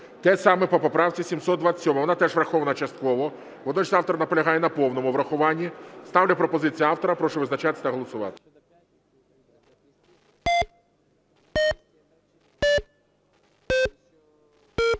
Те саме по поправці 727. Вона теж врахована частково. Водночас автор наполягає на повному врахуванні. Ставлю пропозицію автора. Прошу визначатись та голосувати.